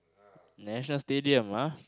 National-Stadium ah